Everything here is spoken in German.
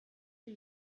wie